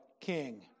king